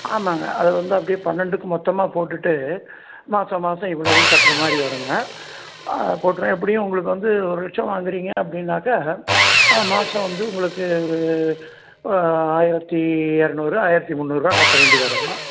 ஆமாங்க அது வந்து அப்படியே பன்னெண்டுக்கு மொத்தமாக போட்டுவிட்டு மாத மாதம் இவ்வளவுன்னு கட்டுற மாதிரி வருங்க ஆ போட்டுறேன் எப்படியும் உங்களுக்கு வந்து ஒரு லட்சம் வாங்கிறீங்க அப்படின்னாக்கா அ மாதம் வந்து உங்களுக்கு ஒரு ஆயிரத்து இரநூறு ஆயிரத்து முன்னுாறுரூவா கட்ட வேண்டி வருங்க